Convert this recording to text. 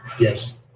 Yes